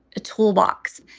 a toolbox.